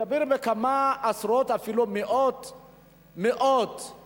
מדברים בכמה עשרות, אפילו מאות בלבד.